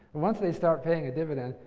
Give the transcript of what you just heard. once they start paying a dividend,